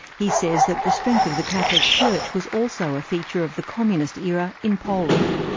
he says that the strength of the catholic church was also a feature of the communist era in poland.